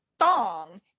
Thong